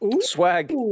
Swag